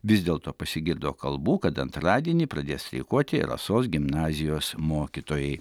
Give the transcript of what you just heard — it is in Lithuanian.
vis dėlto pasigirdo kalbų kad antradienį pradės streikuoti rasos gimnazijos mokytojai